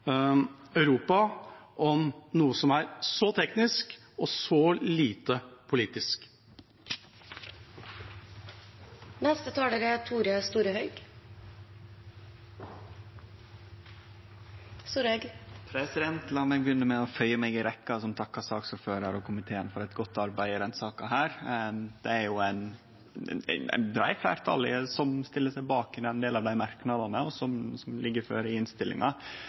Europa om noe som er så teknisk og så lite politisk. La meg begynne med å føye meg inn i rekkja som takkar saksordføraren og komiteen for eit godt arbeid i denne saka. Det er eit breitt fleirtal som stiller seg bak ein del av dei merknadane som ligg føre i innstillinga, og som eg meiner passande går gjennom ein del av dei påstandane som er sette fram i